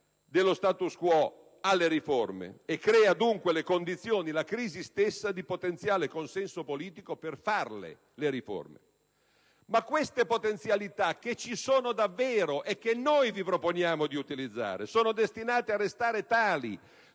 dello *status quo*, alle riforme e crea dunque le condizioni la crisi stessa di potenziale consenso politico per fare le riforme. Ma queste potenzialità, che ci sono davvero e che noi vi proponiamo di utilizzare, sono destinate a restare tali,